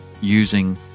using